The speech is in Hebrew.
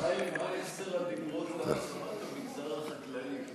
חיים, מה עשרת הדברות להעצמת המגזר החקלאי?